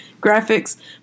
graphics